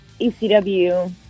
ECW